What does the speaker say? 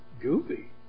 Goofy